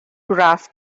graph